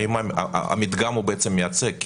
האם המדגם הוא מייצג?